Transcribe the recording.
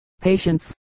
patience